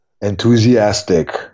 enthusiastic